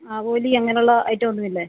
ആവോലി അങ്ങനെയുള്ള ഐറ്റമൊന്നുമില്ലെ